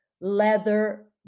leather